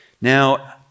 Now